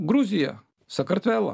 gruziją sakartvelą